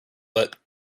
wit